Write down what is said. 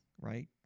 Right